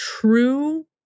true